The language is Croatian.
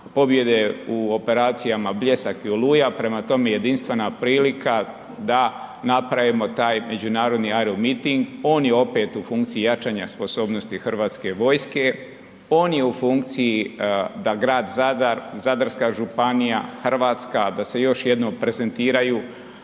pobjede u operacijama „Bljesak“ i „Oluja“, prema tome jedinstvena prilika da napravimo taj međunarodni aeromiting. On je opet u funkciji jačanja sposobnosti Hrvatske vojske, on je u funkciji da grad Zadar, Zadarska županija, Hrvatska da se još jednom prezentiraju